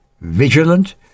vigilant